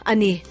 Ani